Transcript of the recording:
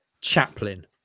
Chaplin